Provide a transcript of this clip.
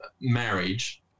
marriage